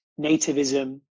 nativism